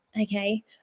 okay